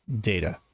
data